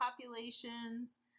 populations